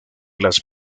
las